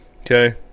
Okay